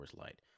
Light